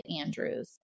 Andrews